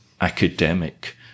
academic